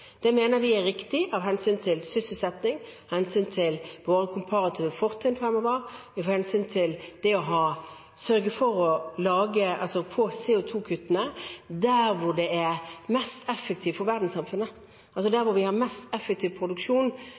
Det mener vi er riktig av hensyn til sysselsetting, av hensyn til våre komparative fortrinn fremover, av hensyn til å sørge for å få CO 2 -kuttene der det er mest effektivt for verdenssamfunnet. Der vi har mest effektiv produksjon,